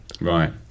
Right